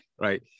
right